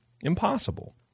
Impossible